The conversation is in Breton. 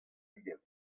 ugent